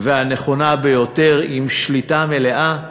והנכונה ביותר עם שליטה מלאה,